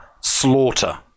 slaughter